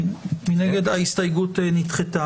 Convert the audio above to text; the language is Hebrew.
ההסתייגות נדחתה.